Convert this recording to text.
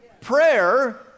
Prayer